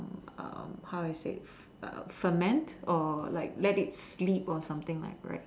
um how I say ferment or like let it sleep or something like right